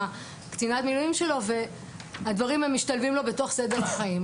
קצינת המילואים שלו והדברים משתלבים לו בתוך סדר החיים.